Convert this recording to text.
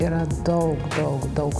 yra daug daug daug